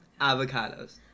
Avocados